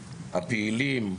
הפעילים,